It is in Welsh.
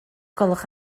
gwelwch